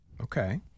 Okay